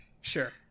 sure